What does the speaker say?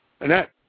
Annette